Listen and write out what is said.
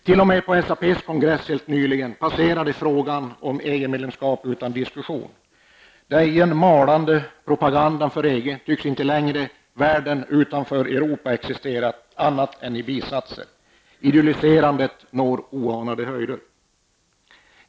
T.o.m. på SAPs kongress helt nyligen passerade frågan om EG-medlemskap utan diskussion. I den malande propagandan för EG tycks inte längre världen utanför Europa existera annat än i bisatser. Idylliserandet når oanade höjder.